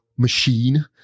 machine